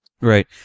right